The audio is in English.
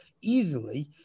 easily